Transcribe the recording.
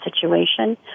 situation